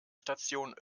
station